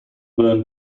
burned